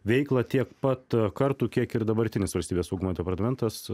veiklą tiek pat kartų kiek ir dabartinis valstybės saugumo departamentas